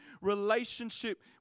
relationship